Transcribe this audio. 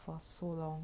for so long